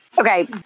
Okay